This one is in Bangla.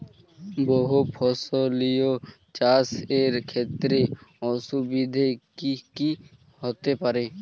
বহু ফসলী চাষ এর ক্ষেত্রে অসুবিধে কী কী হতে পারে?